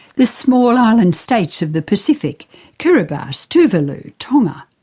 the small island states of the pacific kiribati, tuvalu, tonga.